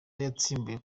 yasimbuye